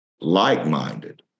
like-minded